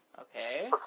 Okay